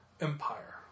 Empire